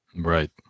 Right